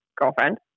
girlfriend